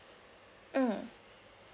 mm